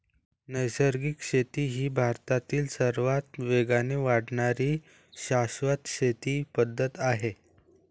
नैसर्गिक शेती ही भारतातील सर्वात वेगाने वाढणारी शाश्वत शेती पद्धत आहे